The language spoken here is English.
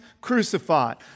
crucified